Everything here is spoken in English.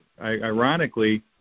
ironically